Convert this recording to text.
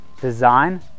design